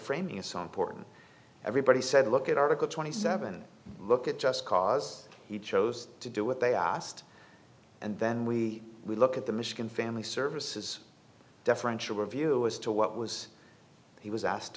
framing of some porton everybody said look at article twenty seven look at just cause he chose to do what they asked and then we would look at the michigan family services deferential review as to what was he was asked